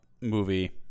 movie